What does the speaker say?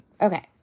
okay